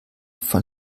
von